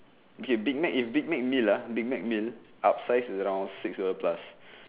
okay big Mac if big Mac meal lah big Mac meal up size is around six dollar plus